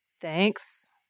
Thanks